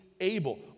able